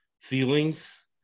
feelings